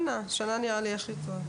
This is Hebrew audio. שנה נראה לי הכי טוב.